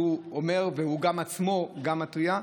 שהוא אומר וגם הוא עצמו מתריע,